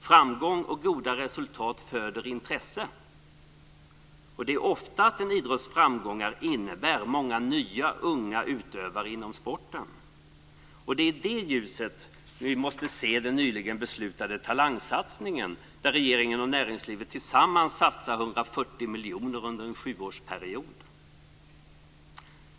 Framgång och goda resultat föder intresse. Det är ofta så att en idrotts framgångar innnebär många nya unga utövare inom sporten. Det är i det ljuset vi måste se den nyligen beslutade talangsatsningen, där regeringen och näringslivet tillsammans satsar 140 miljoner under en sjuårsperiod.